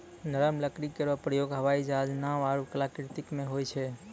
नरम लकड़ी केरो प्रयोग हवाई जहाज, नाव आरु कलाकृति म होय छै